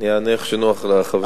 אני אענה איך שנוח לחבר